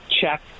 check